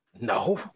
No